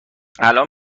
الان